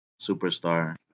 superstar